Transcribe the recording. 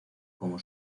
como